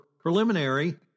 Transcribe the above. preliminary